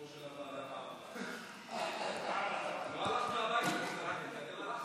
חוק ומשפט להאריך את תקופת ההארכה לפי חוק לתיקון